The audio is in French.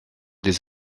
des